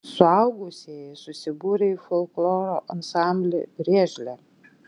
suaugusieji susibūrę į folkloro ansamblį griežlė